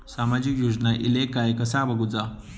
सामाजिक योजना इले काय कसा बघुचा?